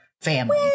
family